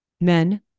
men